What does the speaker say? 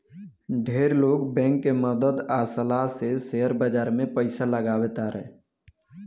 ढेर लोग बैंक के मदद आ सलाह से शेयर बाजार में पइसा लगावे तारे